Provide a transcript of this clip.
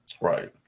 Right